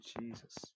Jesus